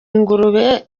ingurube